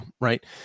right